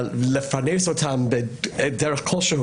לפרנס אותם בדרך כלשהי,